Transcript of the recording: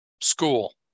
school